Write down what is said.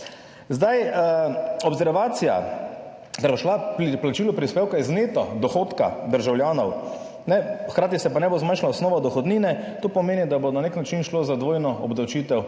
Observacija, da bo šlo plačilo prispevka iz neto dohodka državljanov, hkrati se pa ne bo zmanjšala osnova dohodnine, pomeni, da bo na nek način šlo za dvojno obdavčitev